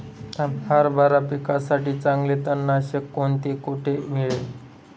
हरभरा पिकासाठी चांगले तणनाशक कोणते, कोठे मिळेल?